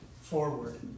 forward